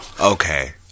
Okay